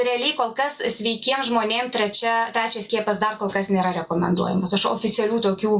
realiai kol kas sveikiem žmonėm trečia trečias skiepas dar kol kas nėra rekomenduojamas aš oficialių tokių